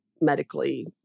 medically